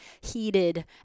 heated